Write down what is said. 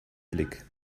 blick